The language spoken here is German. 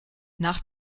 nach